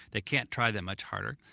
they can't try that much harder.